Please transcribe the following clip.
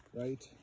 Right